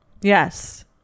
yes